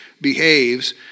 behaves